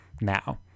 now